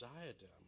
diadem